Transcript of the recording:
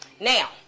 Now